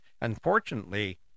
unfortunately